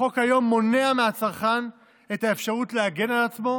החוק היום מונע מהצרכן את האפשרות להגן על עצמו,